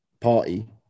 party